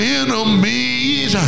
enemies